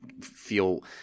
feel –